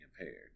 impaired